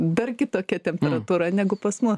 dar kitokia temperatūra negu pas mus